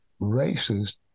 racist